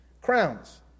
Crowns